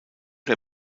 der